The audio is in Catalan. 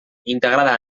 integrada